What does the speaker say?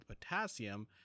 potassium